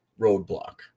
roadblock